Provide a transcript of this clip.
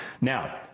Now